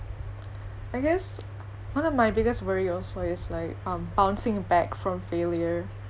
I guess one of my biggest worry also is like um bouncing back from failure